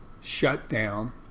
shutdown